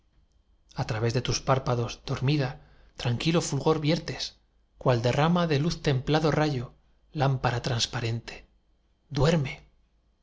al través de tus párpados dormida tranquilo fulgor viertes cual derrama de luz templado rayo lámpara transparente duerme